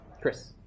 Chris